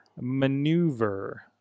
Maneuver